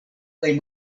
kaj